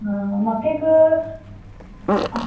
आ म्हाका एक